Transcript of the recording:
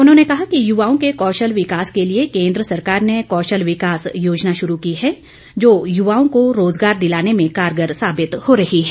उन्होंने कहा कि युवाओं के कौशल विकास के लिए केंद्र सरकार ने कौशल विकास योजना शुरू की है जो युवाओं को रोजगार दिलाने में कारगर साबित हो रही है